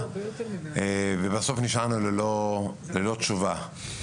ובסוף נשארנו ללא תשובה.